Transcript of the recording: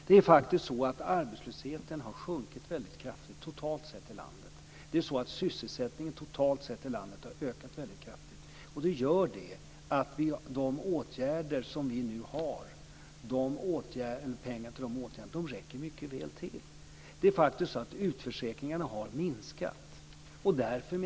Det är faktiskt så att arbetslösheten har sjunkit väldigt kraftigt totalt sett i landet. Sysselsättningen totalt sett i landet har ökat väldigt kraftigt. Det gör att pengarna till de åtgärder som vi nu sätter in räcker mycket väl till. Det är faktiskt så att utförsäkringarna har minskat.